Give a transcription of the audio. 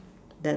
that